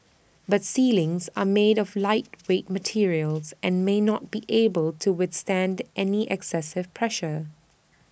but ceilings are made of lightweight materials and may not be able to withstand any excessive pressure